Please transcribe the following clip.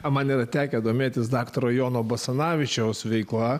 aman yra tekę domėtis daktaro jono basanavičiaus veikla